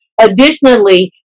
Additionally